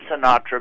Sinatra